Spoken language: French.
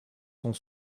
sont